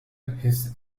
his